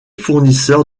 fournisseur